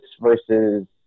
versus